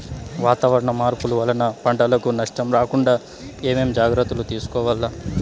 వాతావరణ మార్పులు వలన పంటలకు నష్టం రాకుండా ఏమేం జాగ్రత్తలు తీసుకోవల్ల?